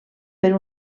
per